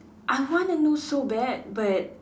I want to know so bad but